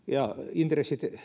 intressit